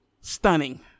stunning